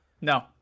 no